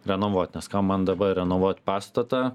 renovuot nes kam man dabar renovuot pastatą